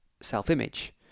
self-image